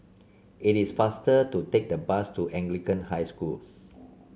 it is faster to take the bus to Anglican High School